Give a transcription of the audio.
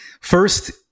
first